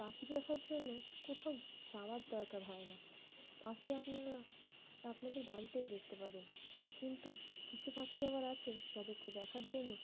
পাখি দেখার জন্য কোথাও যাওয়ার দরকার হয় না পাখি আপনারা আপনাদের বাড়িতেই দেখতে পাবেন কিন্তু কিছু পাখি আবার আছে যাদেরকে দেখার জন্য